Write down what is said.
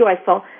joyful